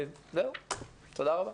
תודה רבה.